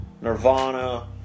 Nirvana